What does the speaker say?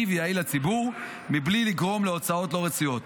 ויעיל לציבור מבלי לגרום להוצאות לא רצויות.